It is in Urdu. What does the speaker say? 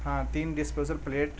ہاں تین ڈسپوزل پلیٹ